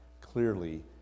clearly